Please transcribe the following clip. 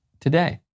today